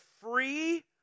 free